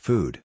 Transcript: Food